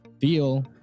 feel